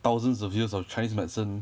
thousands of years of chinese medicine